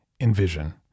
envision